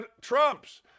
Trump's